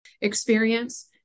experience